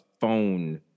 phone